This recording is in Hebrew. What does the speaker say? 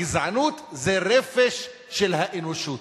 גזענות זה רפש של האנושות.